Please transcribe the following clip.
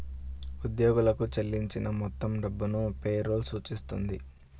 ఉద్యోగులకు చెల్లించిన మొత్తం డబ్బును పే రోల్ సూచిస్తుంది